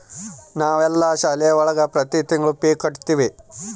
ನಾವೆಲ್ಲ ಶಾಲೆ ಒಳಗ ಪ್ರತಿ ತಿಂಗಳು ಫೀ ಕಟ್ಟುತಿವಿ